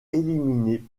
éliminer